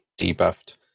debuffed